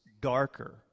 darker